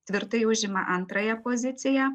tvirtai užima antrąją poziciją